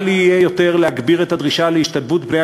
קל יהיה יותר להגביר את הדרישה להשתלבות בני